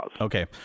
Okay